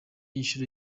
inshuro